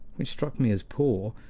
which struck me as poor,